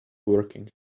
working